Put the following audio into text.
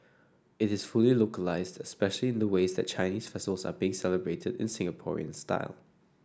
it is fully localised especially in the ways that Chinese festivals are being celebrated in Singaporean style